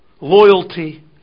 loyalty